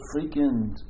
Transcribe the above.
freaking